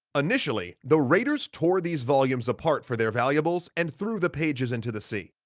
initially the raiders tore these volumes apart for their valuables, and threw the pages into the sea.